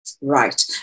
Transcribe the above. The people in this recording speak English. right